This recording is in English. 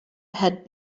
had